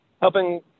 helping